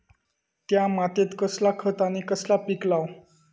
त्या मात्येत कसला खत आणि कसला पीक लाव?